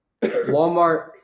Walmart